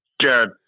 Jared